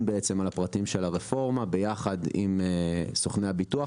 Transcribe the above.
על הפרטים של הרפורמה ביחד עם סוכני הביטוח,